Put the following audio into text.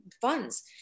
funds